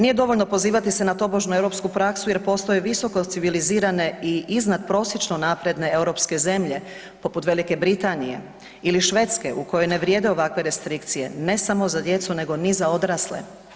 Nije dovoljno pozivati se tobožnju europsku praksu jer postoje visoko civilizirane i iznad prosječno napredne europske zemlje poput Velike Britanije ili Švedske u kojoj ne vrijede ovakve restrikcije, ne samo za djecu nego ni za odrasle.